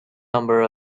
number